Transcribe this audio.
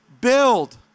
build